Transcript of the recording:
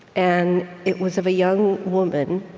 and it was of a young woman,